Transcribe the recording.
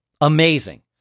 Amazing